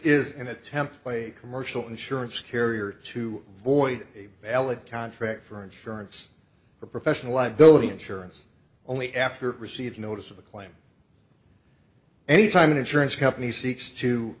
is an attempt by a commercial insurance carrier to void a valid contract for insurance or professional liability insurance only after received notice of the claim any time an insurance company seeks to